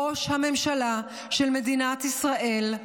ראש הממשלה של מדינת ישראל,